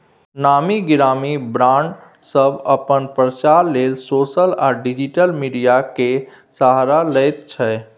नामी गिरामी ब्राँड सब अपन प्रचार लेल सोशल आ डिजिटल मीडिया केर सहारा लैत छै